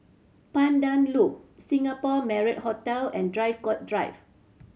Pandan Loop Singapore Marriott Hotel and Draycott Drive